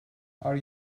are